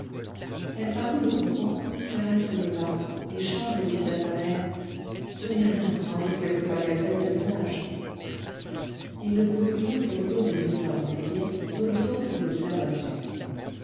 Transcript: elle parut le comprendre car elle se leva et charles dit à sa mère ce n'est rien sans doute quelque bagatelle de ménage il ne voulait point qu'elle connût l'histoire du billet redoutant ses observations